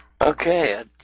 Okay